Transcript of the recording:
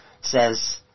says